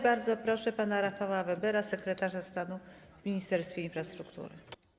Bardzo proszę pana Rafała Webera, sekretarza stanu w Ministerstwie Infrastruktury.